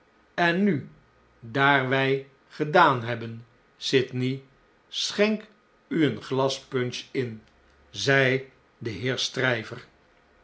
en nu daar wij gedaan hebben sydney de jakhals schenk u een glas punch in zei de heer